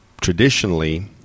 traditionally